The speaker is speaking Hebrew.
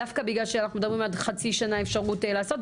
דווקא בגלל שאנחנו מדברים עד חצי שנה אפשרות לעשות,